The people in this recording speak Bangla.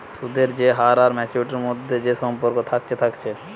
সুদের যে হার আর মাচুয়ারিটির মধ্যে যে সম্পর্ক থাকছে থাকছে